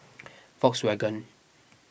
Volkswagen